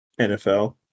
NFL